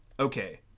Okay